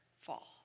fall